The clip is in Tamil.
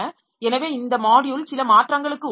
எனவே இந்த மாட்யுல் சில மாற்றங்களுக்கு உட்பட்டால்